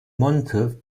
monte